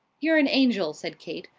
you're an angel, said kate.